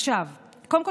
קודם כול,